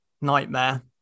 nightmare